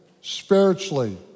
spiritually